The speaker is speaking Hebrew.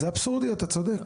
זה אבסורדי, אתה צודק.